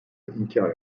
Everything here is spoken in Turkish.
inkar